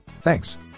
Thanks